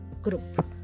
group